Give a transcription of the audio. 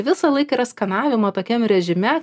visą laiką yra skanavimo tokiam režime